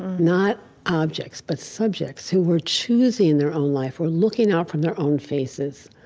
not objects, but subjects who were choosing their own life or looking out from their own faces,